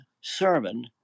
sermon